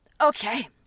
okay